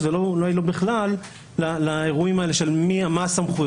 למשל מפעל פלפלים שמייצר פלפלים,